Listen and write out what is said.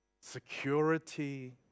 security